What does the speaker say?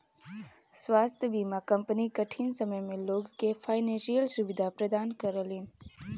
स्वास्थ्य बीमा कंपनी कठिन समय में लोग के फाइनेंशियल सुविधा प्रदान करलीन